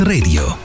Radio